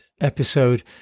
episode